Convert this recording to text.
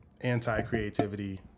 Anti-creativity